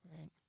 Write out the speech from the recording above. Right